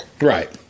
Right